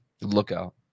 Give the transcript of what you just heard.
Lookout